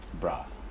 broth